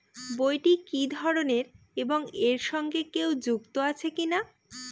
বইটি কি ধরনের এবং এর সঙ্গে কেউ যুক্ত আছে কিনা?